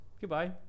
Goodbye